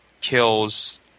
kills